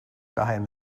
geheim